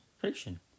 friction